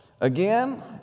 Again